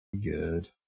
good